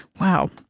Wow